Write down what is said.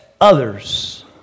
others